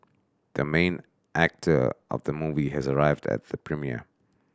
the main actor of the movie has arrived at the premiere